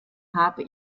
habe